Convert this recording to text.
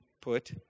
put